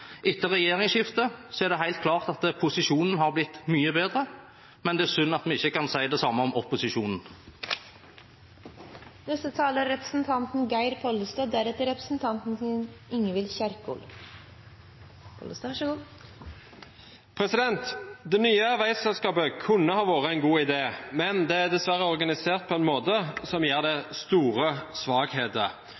etter regjeringsskiftet er det helt klart at posisjonen har blitt mye bedre. Det er synd at vi ikke kan si det samme om opposisjonen. Det nye veiselskapet kunne ha vært en god idé, men det er dessverre organisert på en måte som gir det store svakheter.